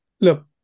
Look